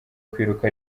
kwiruka